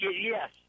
yes